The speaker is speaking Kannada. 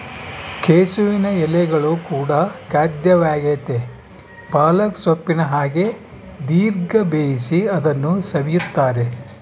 ಕೆಸುವಿನ ಎಲೆಗಳು ಕೂಡ ಖಾದ್ಯವಾಗೆತೇ ಪಾಲಕ್ ಸೊಪ್ಪಿನ ಹಾಗೆ ದೀರ್ಘ ಬೇಯಿಸಿ ಅದನ್ನು ಸವಿಯುತ್ತಾರೆ